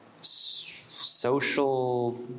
social